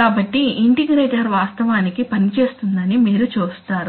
కాబట్టి ఇంటిగ్రేటర్ వాస్తవానికి పనిచేస్తుందని మీరు చూస్తారు